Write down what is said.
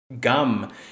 gum